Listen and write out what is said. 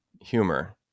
humor